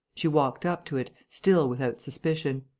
she walked up to it, still without suspicion.